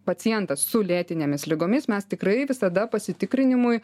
pacientas su lėtinėmis ligomis mes tikrai visada pasitikrinimui